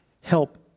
help